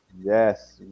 Yes